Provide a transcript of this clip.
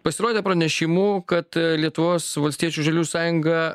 pasirodė pranešimų kad lietuvos valstiečių žaliųjų sąjunga